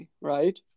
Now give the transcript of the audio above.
right